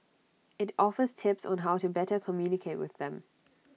IT offers tips on how to better communicate with them